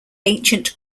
ancient